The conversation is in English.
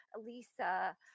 Lisa